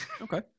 Okay